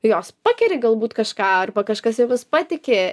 jos pakeri galbūt kažką arba kažkas jomis patiki